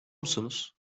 musunuz